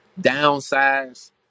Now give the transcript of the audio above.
downsize